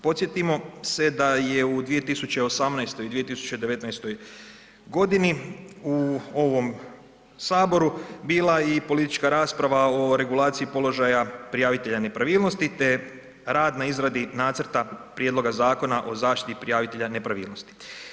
Podsjetimo se da je u 2018. i 2019.g. u ovom saboru bila i politička rasprava o regulaciji položaja prijavitelja nepravilnosti, te rad na izradi nacrta Prijedloga zakona o zaštiti prijavitelja nepravilnosti.